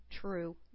true